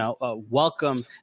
welcome